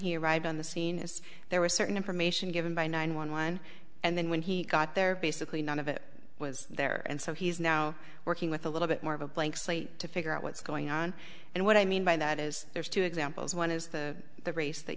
he arrived on the scene is there were certain information given by nine one one and then when he got there basically none of it was there and so he's now working with a little bit more of a blank slate to figure out what's going on and what i mean by that is there's two examples one is the the race that